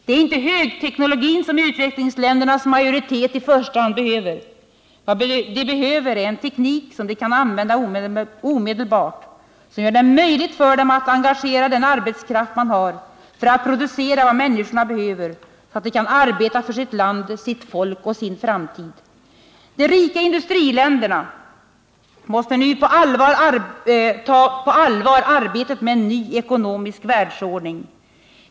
Det är inte högteknologin som utvecklingsländernas majoritet i första hand behöver. Vad de behöver är en teknik som de kan använda omedelbart, som gör det möjligt för dem att engagera den arbetskraft de har för att producera vad människorna behöver, så att de kan arbeta för sitt land, sitt folk och sin framtid. De rika industriländerna måste nu ta på allvar arbetet med en ny ekonomisk världsordning.